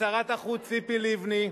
ושרת החוץ ציפי לבני,